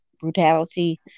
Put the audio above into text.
brutality